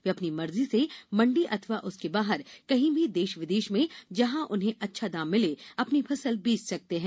वे अपनी मर्जी से मंडी अथवा उसके बाहर कहीं भी देश विदेश में जहां उन्हें अच्छा दाम मिले अपनी फसल बेच सकते हैं